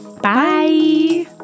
Bye